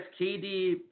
KD